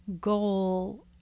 goal